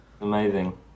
Amazing